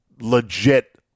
legit